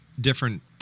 different